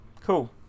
cool